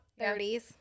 30s